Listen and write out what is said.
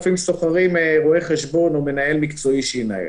לפעמים שוכרים רואה חשבון או מנהל מקצועי שינהל,